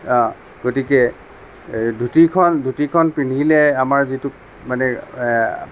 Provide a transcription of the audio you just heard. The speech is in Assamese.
অঁ গতিকে ধুতিখন ধুতিখন পিন্ধিলে আমাৰ যিটো মানে